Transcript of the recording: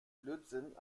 blödsinn